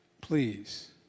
please